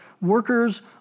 Workers